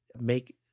make